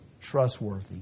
trustworthy